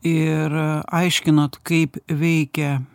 ir aiškinot kaip veikia